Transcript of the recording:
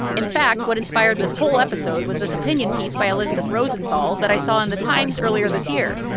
in fact what inspired this whole episode was this opinion piece by elisabeth rosenthal that i saw in the times earlier this year.